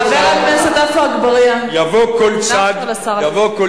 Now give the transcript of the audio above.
חבר הכנסת עפו אגבאריה,